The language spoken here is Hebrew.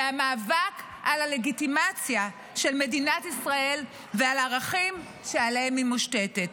זה המאבק על הלגיטימציה של מדינת ישראל ועל הערכים שעליהם היא מושתתת.